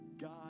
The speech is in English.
God